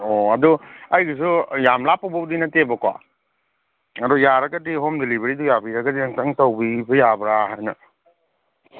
ꯑꯣ ꯑꯗꯨ ꯑꯩꯗꯨꯁꯨ ꯌꯥꯝ ꯂꯥꯞꯄꯕꯨꯗꯤ ꯅꯠꯇꯦꯕꯀꯣ ꯑꯗꯨ ꯌꯥꯔꯒꯗꯤ ꯍꯣꯝ ꯗꯦꯂꯤꯚꯔꯤꯗꯨ ꯌꯥꯕꯤꯔꯒꯗꯤ ꯑꯝꯇꯪ ꯇꯧꯕꯤꯕ ꯌꯥꯕ꯭ꯔꯥ ꯍꯥꯏꯅ